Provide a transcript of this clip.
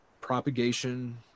propagation